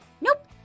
Nope